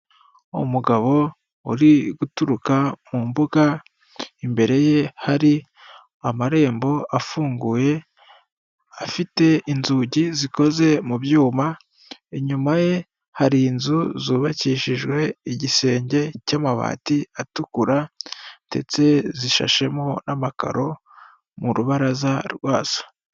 Umugabo uri guturuka mu mbuga imbere ye hari amarembo afunguye, afite inzugi zikoze mu byuma, inyuma ye hari inzu zubakishijwe igisenge cy'amabati atukura ndetse zishashemo n'amakaro mu rubaraza rwazo.